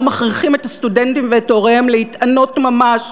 או מכריחים את הסטודנטים ואת הוריהם להתענות ממש